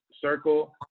circle